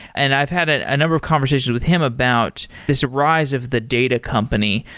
and i've had a number of conversations with him about this rise of the data company.